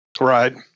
Right